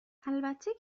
البته